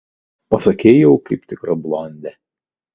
pasakei jau kaip tikra blondė